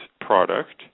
product